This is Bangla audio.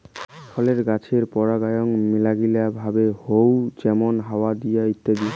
ফলের গাছের পরাগায়ন মেলাগিলা ভাবে হউ যেমন হাওয়া দিয়ে ইত্যাদি